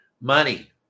Money